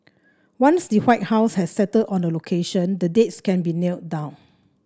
once the White House has settled on a location the dates can be nailed down